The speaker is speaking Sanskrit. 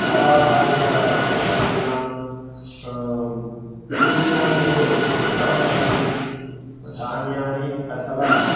गवाधारितवस्तूनां भूम्यां यद् उत्पन्नम् अस्ति धान्यानि अथवा